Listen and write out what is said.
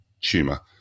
tumor